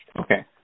Okay